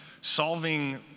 solving